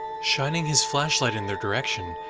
shining his flashlight in their direction,